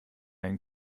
ein